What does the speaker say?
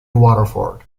waterford